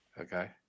Okay